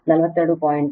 5 volt